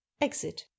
exit